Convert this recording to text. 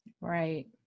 Right